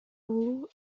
уулу